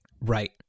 Right